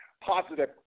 positive